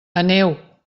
aneu